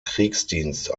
kriegsdienst